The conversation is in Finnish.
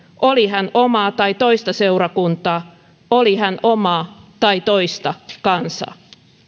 oli hän omaa tai toista seurakuntaa oli hän omaa tai toista kansaa